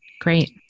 great